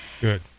Good